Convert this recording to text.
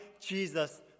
Jesus